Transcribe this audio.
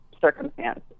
circumstance